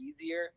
easier